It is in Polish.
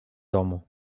domu